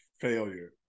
failure